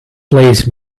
place